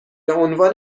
عنوان